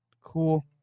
cool